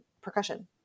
percussion